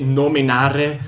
nominare